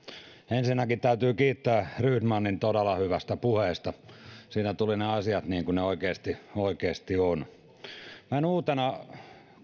ensinnäkin täytyy kiittää rydmanin todella hyvästä puheesta siinä tulivat ne asiat niin kuin ne oikeasti oikeasti ovat näin uutena